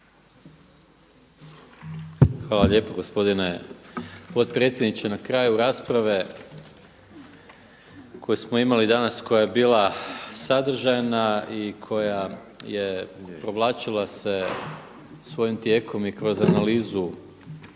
Hvala lijepo gospodine potpredsjedniče. Na kraju rasprave koju smo imali danas koja je bila sadržajna i koja se provlačila svojim tijekom i kroz analizu